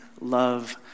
love